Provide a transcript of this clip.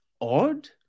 odd